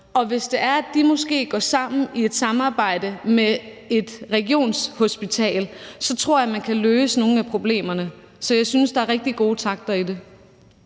og hvis det er, at de måske går sammen i et samarbejde med et regionshospital, så tror jeg, man kan løse nogle af problemerne. Så jeg synes, der er rigtig gode takter i det.